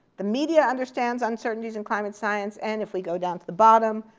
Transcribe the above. the media understands uncertainties in climate science. and if we go down to the bottom,